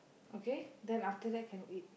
okay then after that can eat